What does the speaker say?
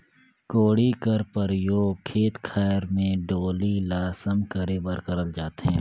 कोड़ी कर परियोग खेत खाएर मे डोली ल सम करे बर करल जाथे